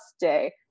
day